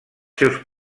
seus